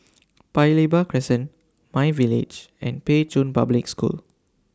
Paya Lebar Crescent MyVillage and Pei Chun Public School